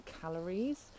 calories